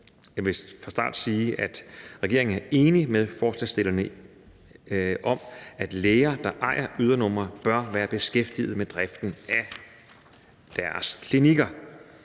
Jeg vil fra starten sige, at regeringen er enig med forslagsstillerne i, at læger, der ejer ydernumre, bør være beskæftigede med driften af deres klinikker.